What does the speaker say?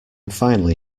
finally